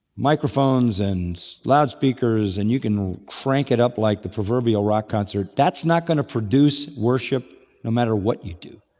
microphones and loud speakers and you can crank it up like the proverbial rock concert. that's not going to produce worship no matter what you do.